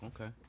Okay